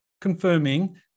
confirming